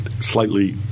slightly